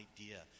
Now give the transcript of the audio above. idea